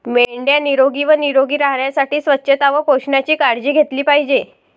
मेंढ्या निरोगी व निरोगी राहण्यासाठी स्वच्छता व पोषणाची काळजी घेतली पाहिजे